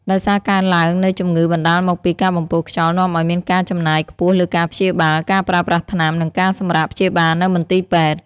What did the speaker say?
ដោយការកើនឡើងនូវជំងឺបណ្ដាលមកពីការបំពុលខ្យល់នាំឱ្យមានការចំណាយខ្ពស់លើការព្យាបាល ការប្រើប្រាស់ថ្នាំ និងការសម្រាកព្យាបាលនៅមន្ទីរពេទ្យ។